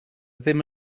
ddim